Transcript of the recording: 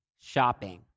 shopping